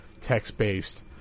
text-based